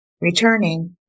Returning